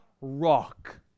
rock